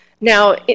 Now